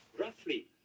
roughly